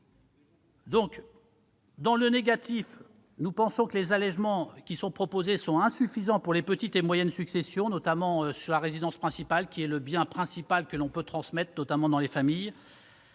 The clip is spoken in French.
points négatifs, nous pensons que les allégements proposés sont insuffisants pour les petites et moyennes successions, notamment sur la résidence principale, qui est le principal bien que l'on peut transmettre, en particulier dans les familles.